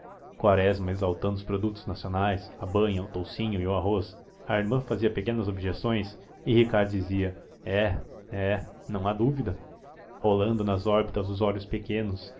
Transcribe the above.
quaresma exaltando os produtos nacionais a banha o toucinho e o arroz a irmã fazia pequenas objeções e ricardo dizia é é não há dúvida rolando nas órbitas os olhos pequenos